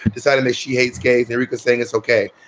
decided that she hates gave there because saying it's ok.